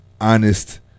honest